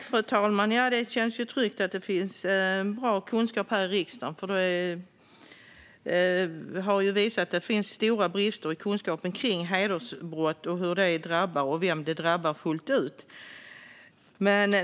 Fru talman! Det känns tryggt att det finns bra kunskap här i riksdagen. Det har ju visat sig att det finns stora brister i kunskapen om hedersbrott, hur dessa drabbar och vem det drabbar fullt ut.